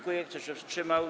Kto się wstrzymał?